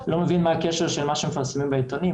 אני לא מבין מה הקשר של מה שמפרסמים בעיתונים.